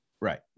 right